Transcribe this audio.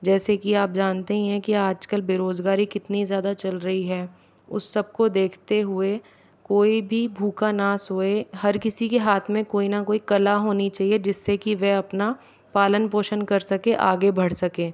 जैसे कि आप जानते ही हैं कि आजकल बेरोज़गारी कितनी ज़्यादा चल रही है उस सब को देखते हुए कोई भी भूखा ना सोए हर किसी के हाथ में कोई ना कोई कला होनी चाहिए जिससे की वह अपना पालन पोषण कर सके आगे बढ़ सके